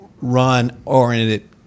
run-oriented